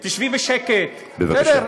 ואת, ברשותך, תשבי בשקט, בסדר?